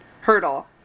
Hurdle